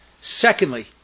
Secondly